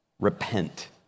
repent